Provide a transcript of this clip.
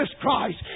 Christ